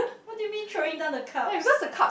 what do you mean throwing down the cups